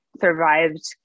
survived